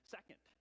Second